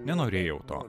nenorėjau to